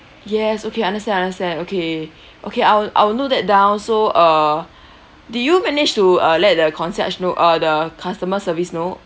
yes okay I understand I understand okay okay I'll I'll note that down so uh did you manage to uh let the concierge know uh the customer service know